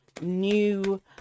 new